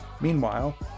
Meanwhile